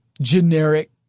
generic